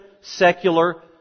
secular